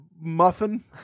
muffin